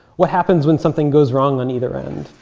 what happens when something goes wrong on either end?